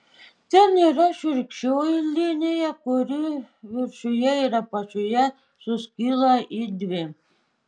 ten yra šiurkščioji linija kuri viršuje ir apačioje suskyla į dvi